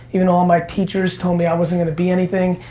you know, all my teachers told me i wasn't going to be anything,